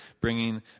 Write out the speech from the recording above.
bringing